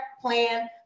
plan